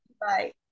bye